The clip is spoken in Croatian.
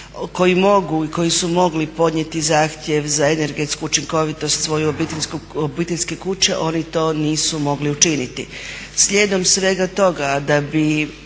koji su mogli podnijeti zahtjev za energetsku učinkovitost svoje obiteljske kuće, oni to nisu mogli učiniti.